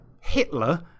Hitler